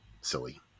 silly